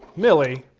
milly.